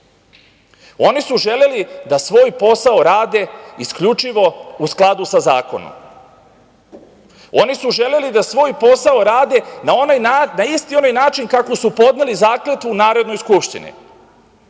su želeli da svoj posao rade isključivo u skladu sa zakonom. Oni su želeli da svoj posao rade na isti onaj način kako su podneli zakletvu u Narodnoj skupštini. Tada